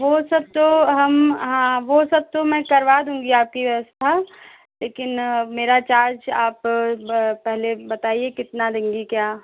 वह सब तो हम हाँ वह सब तो मैं करवा दूँगी आपकी व्यवस्था लेकिन मेरा चार्ज आप पहले बताइए कितना देंगी क्या